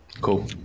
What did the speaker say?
Cool